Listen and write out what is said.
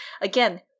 again